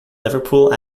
liverpool